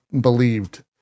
believed